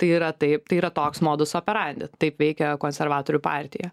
tai yra taip tai yra toks modus operande taip veikia konservatorių partija